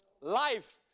life